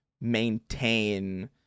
maintain